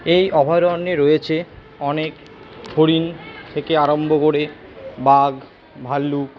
এই অভয়ারণ্যে রয়েছে অনেক হরিণ থেকে আরাম্ভ করে বাঘ ভাল্লুক